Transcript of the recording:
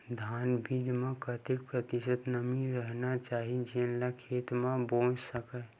धान बीज म कतेक प्रतिशत नमी रहना चाही जेन ला खेत म बो सके?